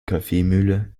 kaffeemühle